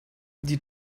die